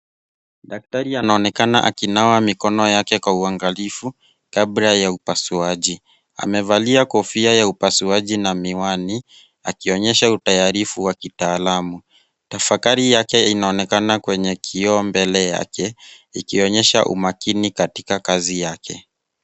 Daktari anaonekana akinawa mikono yake kwa uangalifu kabla ya upasuaji. Amevalia kofia ya upasuaji na miwani, akionyesha utayarifu wa kitaalamu. Tafakari yake inaonekana kwenye kioo mbele yake, ikionyesha umakini katika kazi yake.